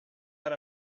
that